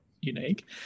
unique